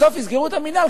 בסוף יסגרו את המינהל,